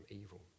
evil